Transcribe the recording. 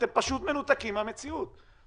אתם פשוט מנותקים מהמציאות.